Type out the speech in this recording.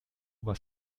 was